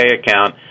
account